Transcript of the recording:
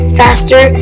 faster